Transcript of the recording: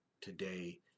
today